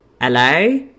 Hello